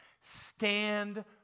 stand